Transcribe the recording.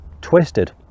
twisted